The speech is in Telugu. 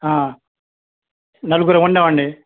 ఆ నలుగురం ఉన్నామండి